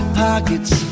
pockets